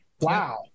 Wow